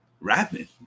Rapping